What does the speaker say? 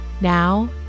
Now